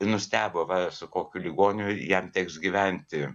nustebo va su kokiu ligoniu jam teks gyventi